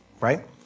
Right